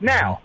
Now